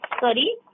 Sorry